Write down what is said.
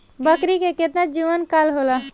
बकरी के केतना जीवन काल होला?